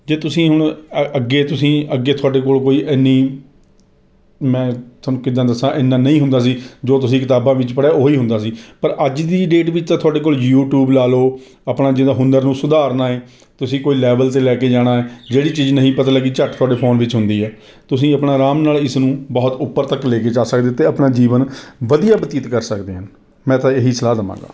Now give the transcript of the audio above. ਜੇ ਤੁਸੀਂ ਹੁਣ ਅੱਗੇ ਤੁਹਾਡੇ ਕੋਲ ਕੋਈ ਇੰਨੀ ਮੈਂ ਤੁਹਾਨੂੰ ਕਿੱਦਾਂ ਦੱਸਾਂ ਇੰਨਾ ਨਹੀਂ ਹੁੰਦਾ ਸੀ ਜੋ ਤੁਸੀਂ ਕਿਤਾਬਾਂ ਵਿੱਚ ਪੜ੍ਹਿਆ ਉਹੀ ਹੁੰਦਾ ਸੀ ਪਰ ਅੱਜ ਦੀ ਡੇਟ ਵਿੱਚ ਤਾਂ ਤੁਹਾਡੇ ਕੋਲ ਯੂਟਿਊਬ ਲਗਾ ਲਓ ਆਪਣਾ ਜਿਹੜਾ ਹੁਨਰ ਨੂੰ ਸੁਧਾਰਨਾ ਏ ਤੁਸੀਂ ਕੋਈ ਲੈਵਲ 'ਤੇ ਲੈ ਕੇ ਜਾਣਾ ਹੈ ਜਿਹੜੀ ਚੀਜ਼ ਨਹੀਂ ਪਤਾ ਲੱਗੀ ਝੱਟ ਤੁਹਾਡੇ ਫੋਨ 'ਤੇ ਹੁੰਦੀ ਹੈ ਤੁਸੀਂ ਆਪਣਾ ਅਰਾਮ ਨਾਲ ਇਸ ਨੂੰ ਬਹੁਤ ਉੱਪਰ ਤੱਕ ਲੈ ਕੇ ਜਾ ਸਕਦੇ ਅਤੇ ਆਪਣਾ ਜੀਵਨ ਵਧੀਆ ਬਤੀਤ ਕਰ ਸਕਦੇ ਹੋ ਮੈਂ ਤਾਂ ਇਹੀ ਸਲਾਹ ਦੇਵਾਂਗਾ